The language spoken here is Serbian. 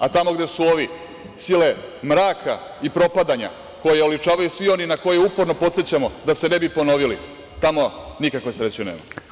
A tamo gde su ovi, sile mraka i propadanja, koje oličavaju svi oni na koje uporno podsećamo, da se ne bi ponovili, tamo nikakve sreće nema.